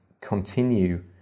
continue